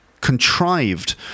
contrived